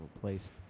place